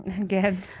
Again